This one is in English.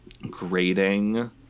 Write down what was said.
Grading